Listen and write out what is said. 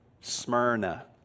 Smyrna